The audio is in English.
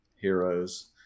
heroes